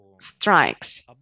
strikes